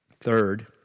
Third